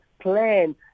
plan